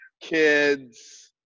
kids